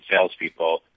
salespeople